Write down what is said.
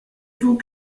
vous